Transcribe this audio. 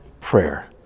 prayer